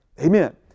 Amen